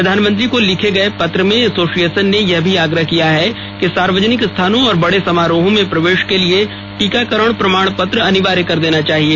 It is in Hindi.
प्रधानमंत्री को लिखे गए पत्र में एसोसिएशन ने यह भी आग्रह किया है कि सार्वजनिक स्थानों और बड़े समारोहों में प्रवेश के लिए टीकाकरण प्रमाण पत्र अनिवार्य कर देना चाहिए